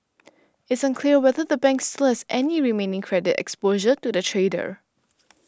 it's unclear whether the bank still has any remaining credit exposure to the trader